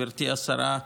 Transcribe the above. גברתי השרה,